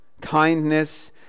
kindness